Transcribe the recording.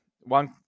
one